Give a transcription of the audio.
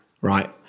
right